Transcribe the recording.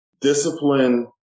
discipline